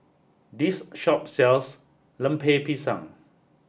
this shop sells Lemper Pisang